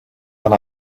and